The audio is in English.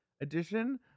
edition